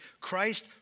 Christ